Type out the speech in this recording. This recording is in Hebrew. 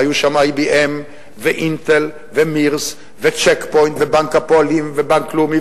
היו שם IBM ו"אינטל" ו"מירס" ו"צ'ק פוינט" ובנק הפועלים ובנק לאומי,